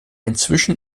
inzwischen